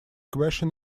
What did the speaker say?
question